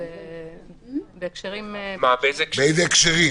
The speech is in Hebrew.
ובהקשרים --- באיזה הקשרים?